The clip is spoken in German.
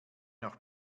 noch